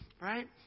Right